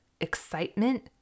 Excitement